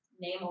name